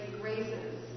graces